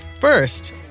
first